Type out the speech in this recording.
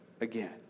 again